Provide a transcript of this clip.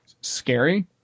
scary